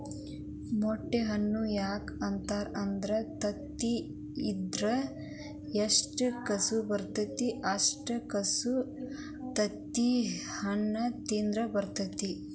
ಮೊಟ್ಟೆ ಹಣ್ಣು ಯಾಕ ಅಂತಾರ ಅಂದ್ರ ತತ್ತಿ ತಿಂದ್ರ ಎಷ್ಟು ಕಸು ಬರ್ತೈತೋ ಅಷ್ಟೇ ಕಸು ತತ್ತಿಹಣ್ಣ ತಿಂದ್ರ ಬರ್ತೈತಿ